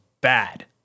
bad